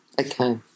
Okay